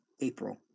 April